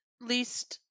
least